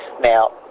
Now